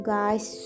guys